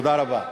תודה רבה.